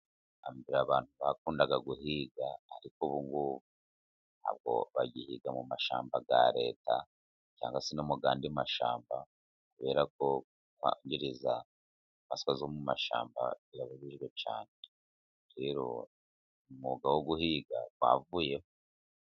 Hambere abantu bakundaga guhiga ariko ubungubu ntabwo bagihiga mu mashyamba ya Leta, cyangwa se no muyandi mashyamba kubera ko kwangiriza inyamaswa zo mu mashyamba, birabujijwe cyane rero umwuga wo guhiga wavuyeho.